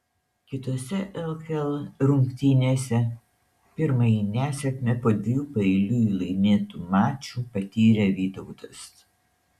kitose lkl rungtynėse pirmąją nesėkmę po dviejų paeiliui laimėtų mačų patyrė vytautas